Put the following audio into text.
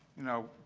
you know,